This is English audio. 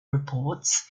reports